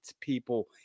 people